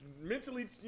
mentally